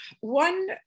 one